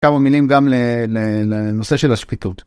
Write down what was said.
כמה מילים גם לנושא של השפיטות.